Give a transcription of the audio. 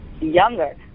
younger